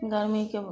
गर्मी के वो